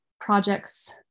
Projects